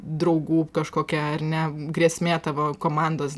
draugų kažkokia ar ne grėsmė tavo komandos